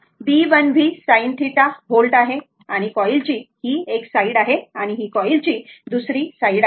तर हा Bl v sin θ volt आहे बरोबर आणि ही कॉईलची एक साईड आहे ही कॉईलची दुसरी साईड आहे